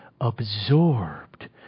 absorbed